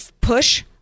push